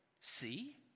see